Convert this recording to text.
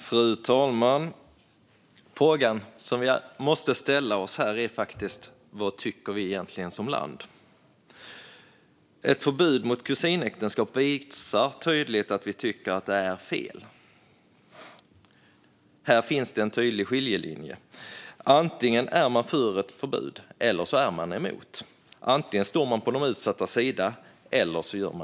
Fru talman! Frågan vi måste ställa oss här är vad vi som land egentligen tycker. Ett förbud mot kusinäktenskap visar tydligt att vi tycker att det är fel. Här finns en tydlig skiljelinje. Antingen är man för ett förbud eller emot. Man står antingen på de utsattas sida eller inte.